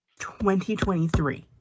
2023